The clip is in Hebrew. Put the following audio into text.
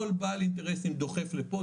כל בעל אינטרסים דוחף לפה,